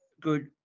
good